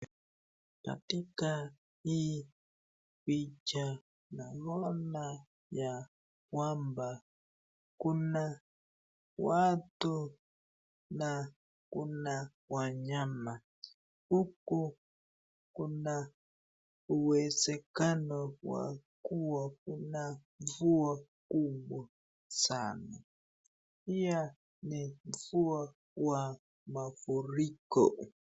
Naona ya kwamba kuna watu na kuna wanyama. Huku kuna uwezekano wakuwa kuna mvua kubwa sana. Pia ni mvua wa mafuriko.